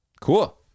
Cool